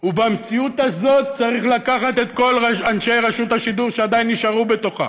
במציאות הזאת צריך לקחת את כל אנשי רשות השידור שעדיין נשארו בתוכה,